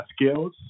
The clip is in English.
skills